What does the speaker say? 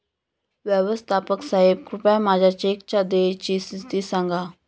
व्यवस्थापक साहेब कृपया माझ्या चेकच्या देयची स्थिती सांगा